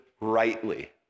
rightly